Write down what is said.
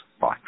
bye